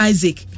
Isaac